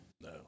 No